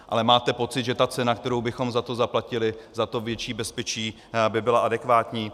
Ale máte pocit, že ta cena, kterou bychom za to zaplatili, za větší bezpečí, by byla adekvátní?